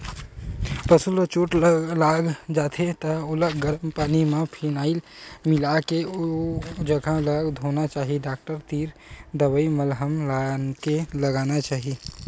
पसु ल चोट लाग जाथे त ओला गरम पानी म फिनाईल मिलाके ओ जघा ल धोना चाही डॉक्टर तीर दवई मलहम लानके लगाना चाही